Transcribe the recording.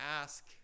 ask